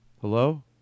hello